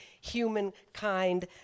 humankind